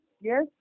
Yes